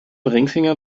ringfinger